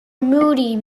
moody